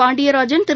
Pandiarajan Thiru